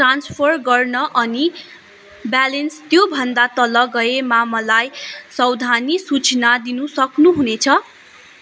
transfer गर्न अनि balance त्यो भन्दा तल गएमा मलाई सावधानी सूचना दिनु सक्नु हुनेछ